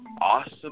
awesome